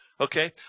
Okay